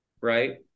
right